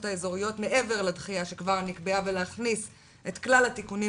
האזוריות מעבר לדחייה שכבר נקבעה ולהכניס את כלל התיקונים